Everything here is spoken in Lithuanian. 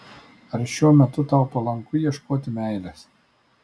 ar šiuo metu tau palanku ieškoti meilės